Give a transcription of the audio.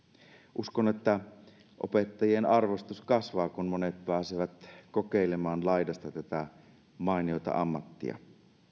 uskon että opettajien arvostus kasvaa kun monet pääsevät kokeilemaan laidasta tätä mainiota ammattia